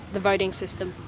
the voting system.